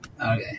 okay